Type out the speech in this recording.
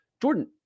Jordan